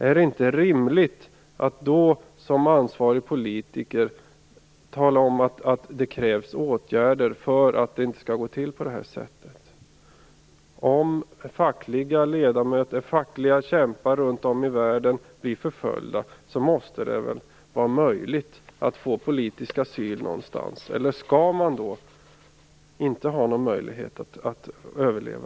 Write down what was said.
Är det inte rimligt att som ansvarig politiker tala om att det krävs åtgärder för att det inte skall gå till på det här sättet? Om fackliga kämpar runt om i världen blir förföljda måste det vara möjligt att få politisk asyl någonstans. Eller skall de inte ha någon möjlighet att överleva?